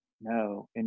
no